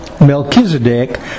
Melchizedek